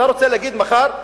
אתה רוצה להגיד מחר,